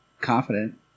confident